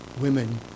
women